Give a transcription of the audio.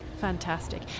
fantastic